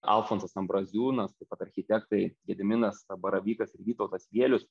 alfonsas ambraziūnas taip pat architektai gediminas baravykas ir vytautas vielius